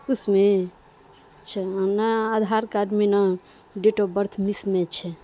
اس میں آدھار کارڈ میں نہ ڈیٹ آف برتھ مسمیچ ہے